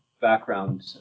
background